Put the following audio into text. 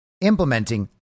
implementing